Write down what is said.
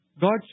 God